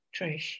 Trish